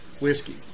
whiskey